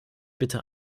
bitte